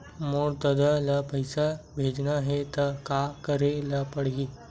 मोर ददा ल पईसा भेजना हे त का करे ल पड़हि?